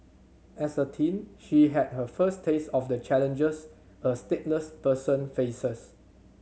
as a teen she had her first taste of the challenges a stateless person faces